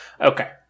Okay